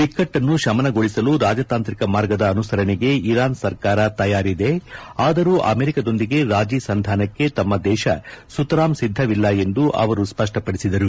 ಬಿಕ್ಕಟ್ಟನ್ನು ಶಮನಗೊಳಿಸಲು ರಾಜತಾಂತ್ರಿಕ ಮಾರ್ಗದ ಅನುಸರಣೆಗೆ ಇರಾನ್ ಸರ್ಕಾರ ತಯಾರಿದೆ ಆದರೂ ಅಮೆರಿಕದೊಂದಿಗೆ ರಾಜಿ ಸಂದಾನಕ್ಕೆ ತಮ್ಮ ದೇಶ ಸುತರಾಮ್ ಸಿದ್ದವಿಲ್ಲ ಎಂದು ಅವರು ಸ್ಪಷ್ನಪಡಿಸಿದರು